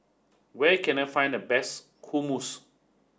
where can I find the best Hummus